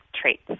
traits